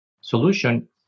solution